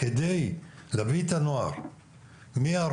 על מנת להביא את הנוער מהרחוב,